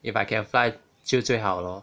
if I can fly 就最好 lor